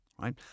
Right